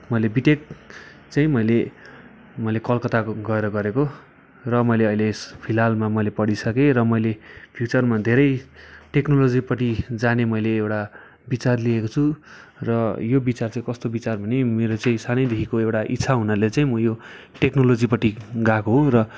मैले बिटेक चाहिँ मैले मैले कलकत्ता गएर गरेको र मैले अहिले फिलहालमा मैले पढिसकेँ र मैले फ्युचरमा धेरै टोक्नोलोजीपट्टि जाने मैले एउटा बिचार लिएको छु र यो बिचार चाहिँ कस्तो बिचार भने मेरो चाहिँ सानैदेखिको एउटा इच्छा हुनाले चाहिँ म यो टेक्नोलोटीपट्टि गएको हो र